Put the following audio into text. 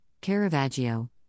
Caravaggio